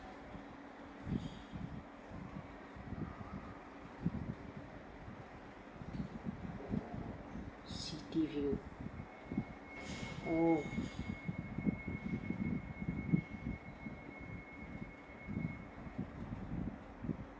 city view oh